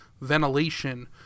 ventilation